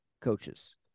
coaches